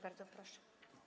Bardzo proszę.